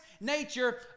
nature